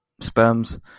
sperms